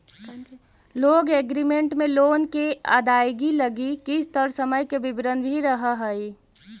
loan agreement में loan के अदायगी लगी किस्त और समय के विवरण भी रहऽ हई